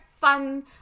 fun